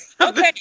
okay